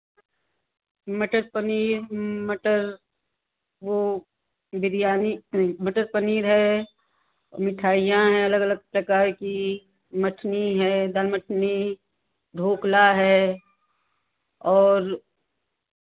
मटर पनीर मटर वह बिरयानी नहीं मटर पनीर है मिठाइयाँ हैं अलग अलग प्रकार की मठनी है दालमठनी ढोकला है और